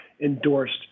endorsed